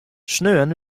sneon